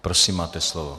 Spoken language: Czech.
Prosím, máte slovo.